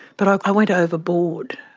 but i went overboard,